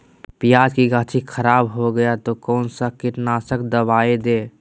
प्याज की गाछी खराब हो गया तो कौन सा कीटनाशक दवाएं दे?